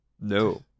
No